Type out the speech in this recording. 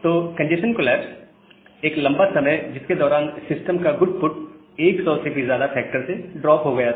तो congestion collapse एक लंबा समय जिसके दौरान सिस्टम का गु़डपुट 100 से भी ज्यादा फैक्टर से ड्रॉप हो गया था